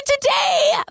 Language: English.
today